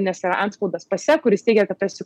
nes yra antspaudas pase kuris teigia kad tu esi